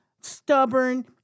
stubborn